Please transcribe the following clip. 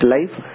Life